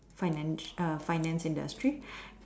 finance finance industry